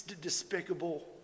Despicable